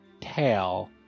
tail